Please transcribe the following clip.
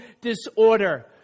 disorder